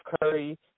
Curry